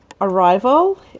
Arrival